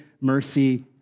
mercy